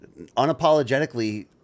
unapologetically